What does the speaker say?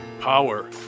power